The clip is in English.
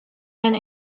and